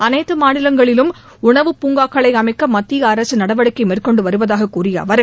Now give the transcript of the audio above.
அனைத்து மாநிலங்களிலும் உணவுப் பூங்காக்களை அமைக்க மத்திய அரசு நடவடிக்கை மேற்கொண்டு வருவதாக கூறிய அவர்